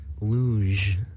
Luge